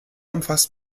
umfasst